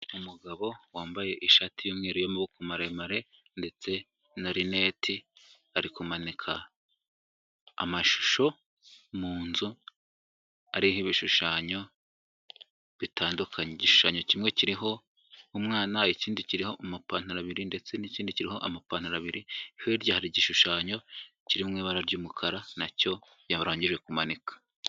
Umugabo wambaye ishati y'umweru y'amaboko maremare ndetse na rineti, ari kumanika amashusho mu nzu ariho ibishushanyo bitandukanye, igishushanyo kimwe kiriho umwana, ikindi kiriho amapantaro abiri ndetse n'ikindi kiriho amapantaro abiri, hirya hari igishushanyo kiriho ibara ry'umukara nacyo yarangije kumanika.